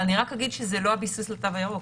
אבל אני רק אגיד שזה לא הביסוס לתו הירוק.